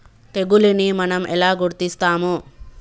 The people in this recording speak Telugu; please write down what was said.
తెగులుని మనం ఎలా గుర్తిస్తాము?